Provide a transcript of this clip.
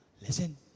Listen